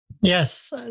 Yes